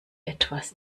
etwas